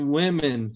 women